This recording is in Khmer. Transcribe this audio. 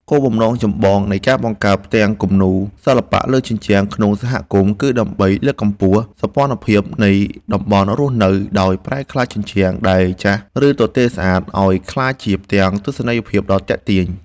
គោលបំណងចម្បងនៃការបង្កើតផ្ទាំងគំនូរសិល្បៈលើជញ្ជាំងក្នុងសហគមន៍ គឺដើម្បីលើកកម្ពស់ សោភ័ណភាពនៃតំបន់រស់នៅ ដោយប្រែក្លាយជញ្ជាំងដែលចាស់ ឬទទេស្អាត ឱ្យក្លាយជាផ្ទាំងទស្សនីយភាពដ៏ទាក់ទាញ។